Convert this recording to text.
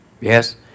Yes